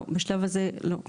לא, בשלב הזה לא.